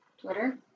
Twitter